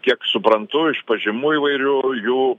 kiek suprantu iš pažymų įvairių jų